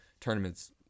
tournaments